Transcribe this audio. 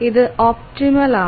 ഇത് ഒപ്റ്റിമൽ ആണ്